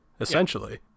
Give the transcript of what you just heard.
essentially